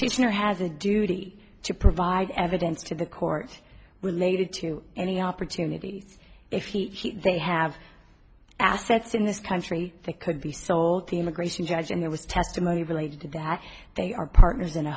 sure has a duty to provide evidence to the court related to any opportunity if he they have assets in this country that could be sold to immigration judge and there was testimony related to that they are partners in a